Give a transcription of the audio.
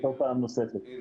אנחנו